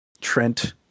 Trent